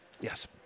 Yes